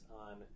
on